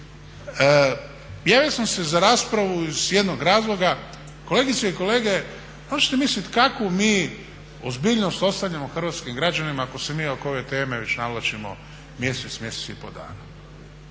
javio sam se za raspravu iz jednog razloga, kolegice i kolege možete mislit kakvu mi ozbiljnost ostavljamo hrvatskim građanima ako se mi oko ove teme već navlačimo mjesec, mjesec i pol dana.